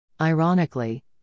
Ironically